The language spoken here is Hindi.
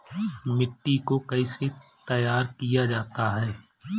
मिट्टी को कैसे तैयार किया जाता है?